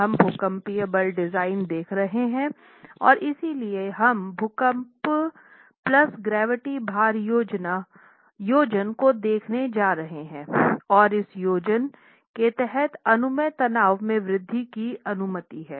हम भूकंपीय डिज़ाइन देख रहे हैं और इसलिए हम भूकंप प्लस ग्रैविटी भार संयोजन को देखने जा रहे हैं और इस संयोजन के तहत अनुमेय तनाव में वृद्धि की अनुमति है